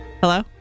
Hello